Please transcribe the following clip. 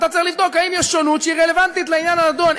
אתה צריך לבדוק אם יש שונות שהיא רלוונטית לעניין הנדון.